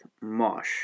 Mosh